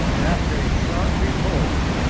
after a short repose,